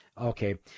Okay